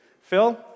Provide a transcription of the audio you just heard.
Phil